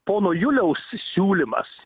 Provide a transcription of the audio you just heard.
pono juliaus siūlymas